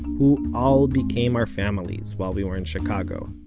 who all became our families while we were in chicago.